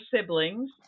siblings